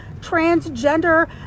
transgender